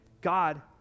God